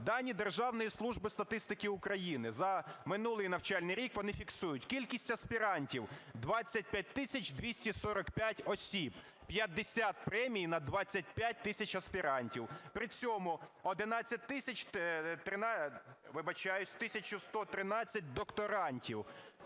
дані Державної служби статистики України. За минулий навчальний рік вони фіксують: кількість аспірантів – 25 тисяч 245 осіб. 50 премій на 25 тисяч аспірантів, при цьому 11 тисяч…